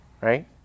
right